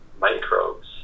microbes